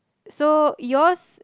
so your's